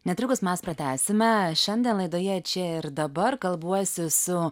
netrukus mes pratęsime šiandien laidoje čia ir dabar kalbuosi su